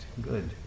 Good